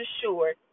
assured